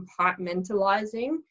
compartmentalizing